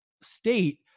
state